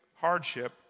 hardship